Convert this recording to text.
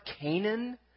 Canaan